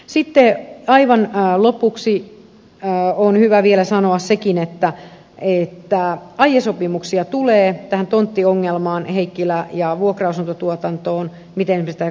sitten aivan lopuksi on hyvä vielä sanoa sekin että aiesopimuksia tulee tähän tonttiongelmaan heikkilä ja vuokra asuntotuotantoon miten me sitä tehostamme